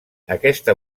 aquesta